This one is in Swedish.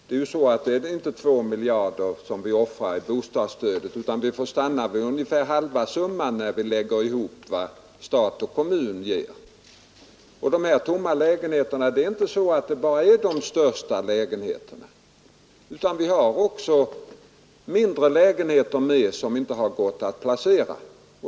Det är inte 2 miljarder som ”offras” på bostadsstödet, utan vad stat och kommun ger uppgår sammanlagt till halva det beloppet. Det är inte heller bara de stora lägenheterna som står tomma, utan det finns även mindre lägenheter som det inte går att placera.